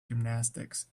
gymnastics